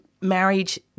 marriage